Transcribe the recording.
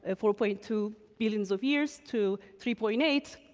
ah four point two billions of years to three point eight,